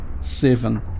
seven